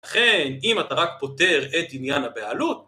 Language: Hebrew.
לכן אם אתה רק פותר את עניין הבעלות